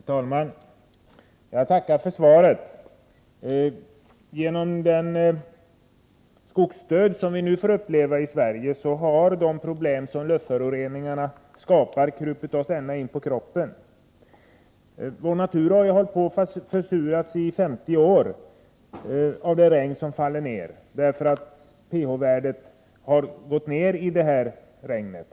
Herr talman! Jag tackar för svaret. Genom den skogsdöd som vi nu får uppleva i Sverige har de problem som luftföroreningarna skapar krupit oss ända in på kroppen. Vår natur har hållit på att försuras i 50 år till följd av att pH-värdet i det regn som faller har sjunkit.